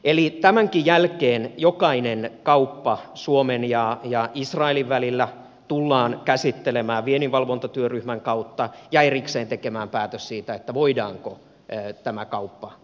eli tämänkin jälkeen jokainen kauppa suomen ja israelin välillä tullaan käsittelemään vienninvalvontatyöryhmän kautta ja erikseen tekemään päätös siitä voidaanko tämä kauppa toteuttaa